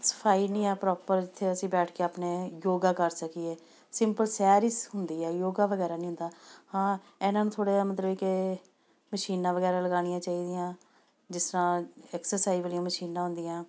ਸਫ਼ਾਈ ਨਹੀਂ ਆ ਪ੍ਰੋਪਰ ਜਿੱਥੇ ਅਸੀਂ ਬੈਠ ਕੇ ਆਪਣੇ ਯੋਗਾ ਕਰ ਸਕੀਏ ਸਿੰਪਲ ਸੈਰ ਹੀ ਹੁੰਦੀ ਹੈ ਯੋਗਾ ਵਗੈਰਾ ਨਹੀਂ ਹੁੰਦਾ ਹਾਂ ਇਹਨਾਂ ਨੂੰ ਥੋੜ੍ਹਾ ਜਿਹਾ ਮਤਲਬ ਕਿ ਮਸ਼ੀਨਾਂ ਵਗੈਰਾ ਲਗਾਉਣੀਆਂ ਚਾਹੀਦੀਆਂ ਜਿਸ ਤਰ੍ਹਾਂ ਐਕਸਰਸਾਈਜ਼ ਵਾਲੀਆਂ ਮਸ਼ੀਨਾਂ ਹੁੰਦੀਆਂ